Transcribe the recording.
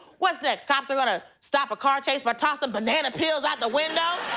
what's next? cops are gonna stop a car chase by tossing banana peels out the window?